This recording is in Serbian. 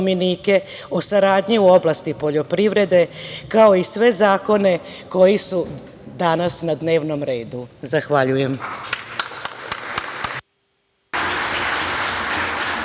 o saradnji u oblasti prirede, kao i sve zakone koji su danas na dnevnom redu. Zahvaljujem.